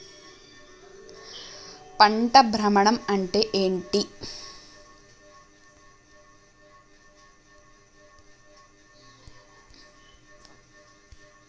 పంట భ్రమణం అంటే ఏంటి?